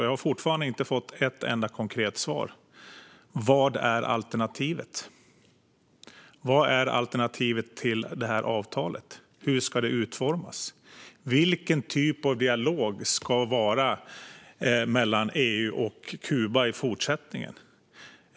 Jag har fortfarande inte fått ett enda konkret svar på vad som är alternativet. Vad är alternativet till avtalet? Hur ska det utformas? Vilken typ av dialog ska det vara mellan EU och Kuba i fortsättningen?